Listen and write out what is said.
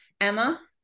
emma